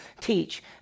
teach